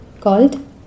called